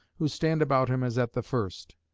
who stand about him as at the first.